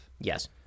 yes